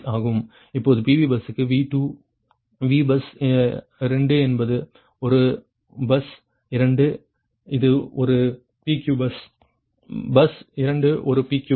இப்போது PV பஸ்ஸுக்கு V2 V bus 2 என்பது ஒரு பஸ் 2 இது ஒரு P Q பஸ் பஸ் 2 ஒரு P Q பஸ்